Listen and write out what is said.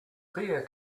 beer